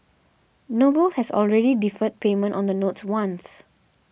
noble has already deferred payment on the notes once